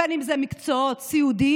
בין שזה מקצועות סיעוד,